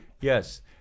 Yes